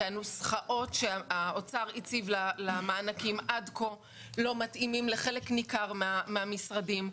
הנוסחאות שהאוצר הציב למענקים עד כה לא מתאימים לחלק ניכר מהמשרדים.